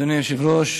אדוני היושב-ראש,